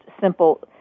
simple